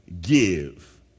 give